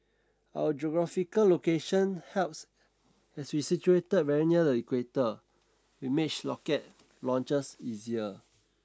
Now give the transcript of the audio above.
our geographical location helps as we are situated very near the Equator which makes rocket launches easier